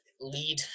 lead